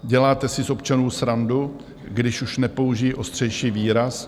Děláte si z občanů srandu když už nepoužiji ostřejší výraz?